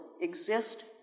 exist